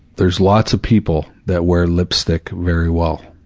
there's lots of people that wear lipstick very well,